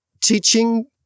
teaching